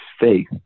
faith